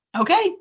Okay